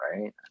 right